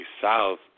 South